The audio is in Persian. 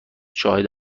شاهد